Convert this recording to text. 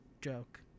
joke